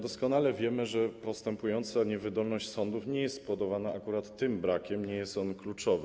Doskonale wiemy, że postępująca niewydolność sądów nie jest spowodowana akurat tym brakiem, nie jest on kluczowy.